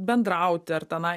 bendrauti ar tenai